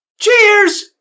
Cheers